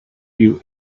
you